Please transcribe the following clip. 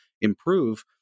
improve